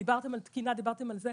דיברתם על תקינה, דיברתם על זה.